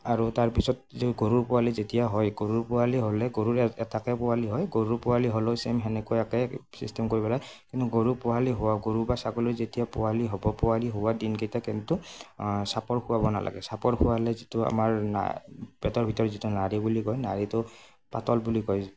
আৰু তাৰ পিছত যি গৰুৰ পোৱালি যেতিয়া হয় গৰুৰ পোৱালি হ'লে গৰুৰ এটাকৈ পোৱালি হয় গৰুৰ পোৱালি হ'লেও চেম সেনেকুৱা একে চিষ্টেম কৰিব পেলাই কিন্তু গৰুৰ পোৱালি হোৱা গৰু বা ছাগলী যেতিয়া পোৱালী হ'ব পোৱালি হোৱা দিনকেইটা কিন্তু চাপৰ খোৱাব নালাগে চাপৰ খোৱালে যিটো আমাৰা পেটৰ ভিতৰত যিটো নাৰী বুলি কয় নাৰীটো পাতল বুলি কয়